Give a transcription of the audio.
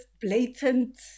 blatant